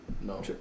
No